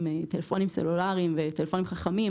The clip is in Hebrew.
עם טלפונים סלולריים וטלפונים חכמים,